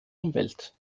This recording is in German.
umwelt